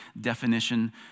definition